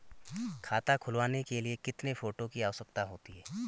खाता खुलवाने के लिए कितने फोटो की आवश्यकता होती है?